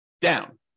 down